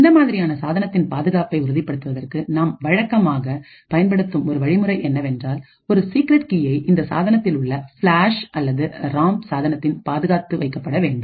இந்த மாதிரியான சாதனத்தின் பாதுகாப்பை உறுதிப்படுத்துவதற்கு நாம் வழக்கமாக பயன்படுத்தும் ஒரு வழிமுறை என்னவென்றால் ஒரு சீக்ரெட் கீயை இந்த சாதனத்தில் உள்ள ஃப்ளாஷ் அல்லது ராம் சாதனத்தில் பாதுகாத்து வைக்க பட வேண்டும்